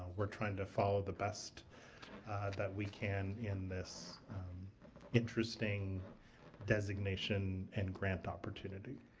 we're trying to follow the best that we can in this interesting designation and grant opportunity.